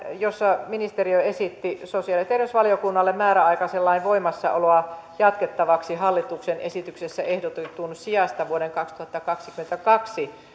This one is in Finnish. jossa ministeriö esitti sosiaali ja terveysvaliokunnalle määräaikaisen lain voimassaoloa jatkettavaksi hallituksen esityksessä ehdotetun sijasta vuoden kaksituhattakaksikymmentäkaksi